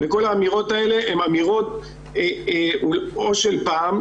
כל האמירות האלה הן אמירות של פעם,